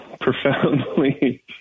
profoundly